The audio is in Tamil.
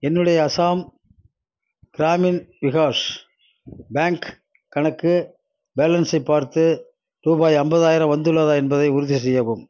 என்னுடைய அசாம் க்ராமின் விகாஷ் பேங்க் கணக்கு பேலன்ஸை பார்த்து ரூபாய் ஐம்பதாயிரம் வந்துள்ளதா என்பதை உறுதிசெய்யவும்